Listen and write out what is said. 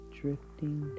drifting